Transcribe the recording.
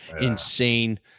insane